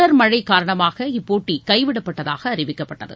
தொடர் மழை காரணமாக இப்போட்டி கைவிடப்பட்டதாக அறிவிக்கப்பட்டது